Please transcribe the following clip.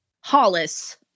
Hollis